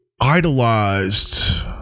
idolized